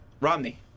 Romney